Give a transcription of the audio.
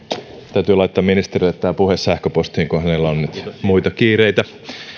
täytyy laittaa ministerille tämä puhe sähköpostiin kun hänellä on nyt muita kiireitä